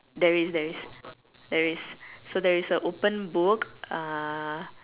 there is there is there is so there is a open book uh